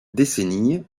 décennies